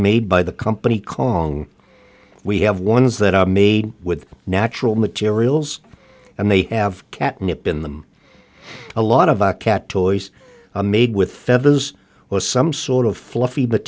made by the company kong we have ones that are made with natural materials and they have catnip in them a lot of a cat toys made with feathers or some sort of fluffy